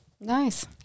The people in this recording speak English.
Nice